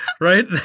right